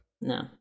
No